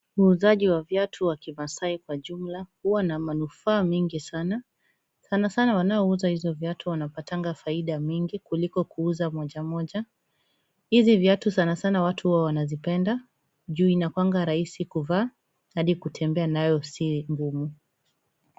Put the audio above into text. Muuzaji wa viatu vya kimaasai kwa jumla huwa na manufaa mingi sana, sanasana wanaouza hizo viatu wanapata faida mingi kuliko kuuza mojamoja. Hizi viatu sanasana watu huwa wanazipenda juu inakuwanga rahisi kuvaa hadi kutembea nayo si ngumu.